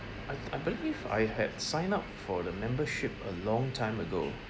I I believe I had sign up for the membership a long time ago